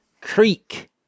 Creek